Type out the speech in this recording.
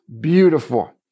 beautiful